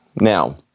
Now